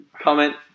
comment